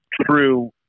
true